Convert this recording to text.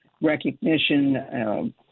recognition